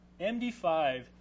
MD5